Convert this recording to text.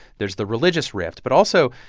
there's the religious rift. but also,